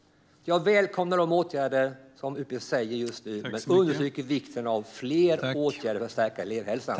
Jag välkomnar de åtgärder som utbildningsministern aviserar nu men understryker vikten av fler åtgärder för att stärka elevhälsan.